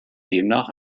demnach